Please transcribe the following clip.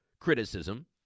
criticism